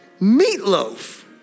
meatloaf